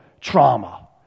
trauma